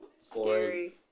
Scary